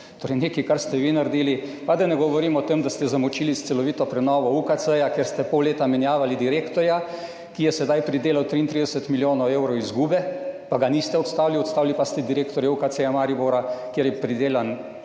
Torej nekaj, kar ste vi naredili. Pa da ne govorim o tem, da ste zamočili s celovito prenovo UKC, ker ste pol leta menjavali direktorja, ki je sedaj pridelal 33 milijonov evrov izgube, pa ga niste odstavili, odstavili pa ste direktorja UKC Maribor, kjer je pridelan